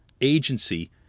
agency